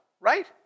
Right